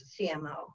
CMO